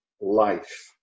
life